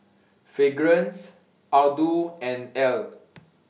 Fragrance Aldo and Elle